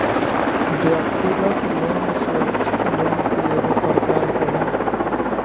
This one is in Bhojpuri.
व्यक्तिगत लोन सुरक्षित लोन के एगो प्रकार होला